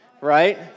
right